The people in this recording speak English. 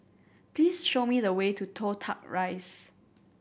please show me the way to Toh Tuck Rise